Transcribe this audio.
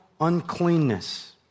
uncleanness